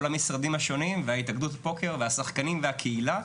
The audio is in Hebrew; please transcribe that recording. כל המשרדים השונים והתאגדות הפוקר והשחקנים והקהילה,